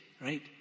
right